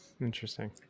interesting